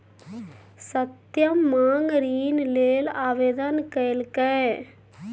सत्यम माँग ऋण लेल आवेदन केलकै